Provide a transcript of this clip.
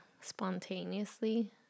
spontaneously